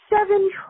seven